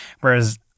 whereas